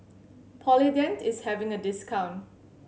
Polident is having a discount